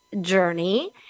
journey